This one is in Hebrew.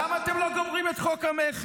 למה אתם לא גומרים את חוק המכר?